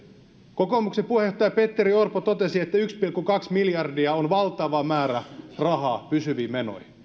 kokoomuksen puheenjohtaja petteri orpo totesi että yksi pilkku kaksi miljardia on valtava määrä rahaa pysyviin menoihin